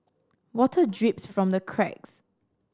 water drips from the cracks